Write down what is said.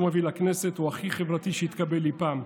מביא לכנסת הוא הכי חברתי שהתקבל אי פעם.